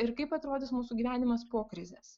ir kaip atrodys mūsų gyvenimas po krizės